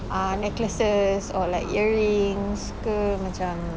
ah necklaces or like earrings